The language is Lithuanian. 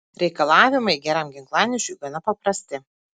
reikalavimai geram ginklanešiui gana paprasti